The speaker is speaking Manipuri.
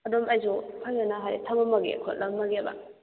ꯑꯗꯨꯝ ꯑꯩꯁꯨ ꯐꯖꯅ ꯍꯥꯏꯗꯤ ꯊꯃꯝꯃꯒꯦ ꯈꯣꯠꯂꯝꯃꯒꯦꯕ